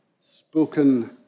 spoken